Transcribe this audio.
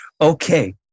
Okay